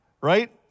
right